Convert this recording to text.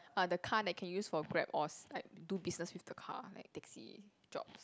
uh the car that can use for Grab or s~ like do business with the car like taxi jobs